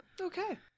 Okay